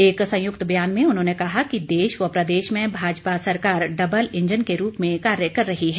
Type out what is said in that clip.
एक संयुक्त बयान में उन्होंने कहा है कि देश व प्रदेश में भाजपा सरकार डबल इंजन के रूप में कार्य कर रही है